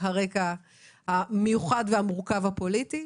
הרקע המיוחד והמורכב הפוליטי,